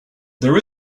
there